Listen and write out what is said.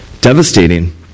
Devastating